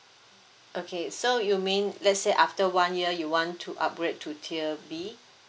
okay so you mean let's say after one year you want to upgrade to tier B